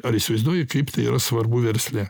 ar įsivaizduoji kaip tai yra svarbu versle